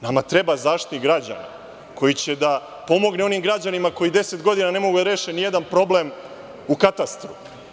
Nama treba Zaštitnik građana koji će da pomogne onim građanima koji deset godina ne mogu da reše nijedan problem u katastru.